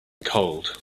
cold